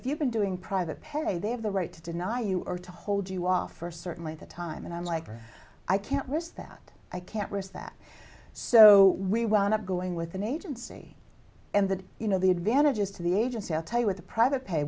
if you've been doing private pay they have the right to deny you or to hold you off or certainly at the time and i'm like i can't risk that i can't risk that so we wound up going with an agency and that you know the advantages to the agency i'll tell you with the private pay